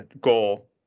goal